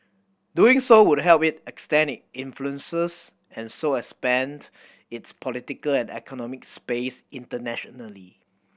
doing so would help it extend it influences and so expand its political and economic space internationally